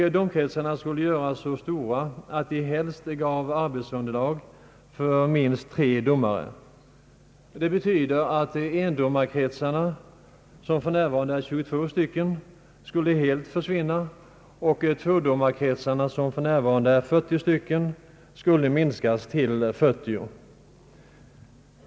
Domkretsarna skulle göras så stora att de helst gav arbetsunderlag för minst tre domare. Det betyder att endomarkretsarna, som för närvarande är 22 stycken, skulle helt försvinna. Tvådomarkretsarna, som för närvarande är 40 stycken, skulle minskas till 5.